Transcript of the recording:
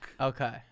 Okay